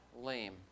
lame